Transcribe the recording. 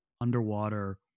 underwater